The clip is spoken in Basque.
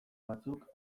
batzuk